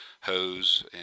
hose